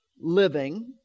living